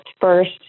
first